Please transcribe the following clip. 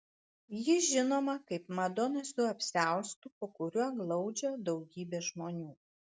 ji žinoma kaip madona su apsiaustu po kuriuo glaudžia daugybę žmonių